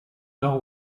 nord